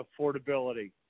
affordability